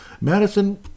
Madison